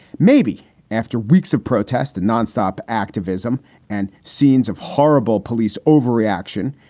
maybe after weeks of protests and nonstop activism and scenes of horrible police overreaction,